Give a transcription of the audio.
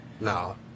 no